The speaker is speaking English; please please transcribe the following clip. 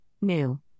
New